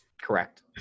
Correct